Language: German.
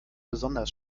besonders